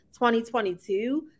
2022